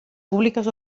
públiques